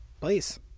Please